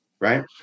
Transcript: right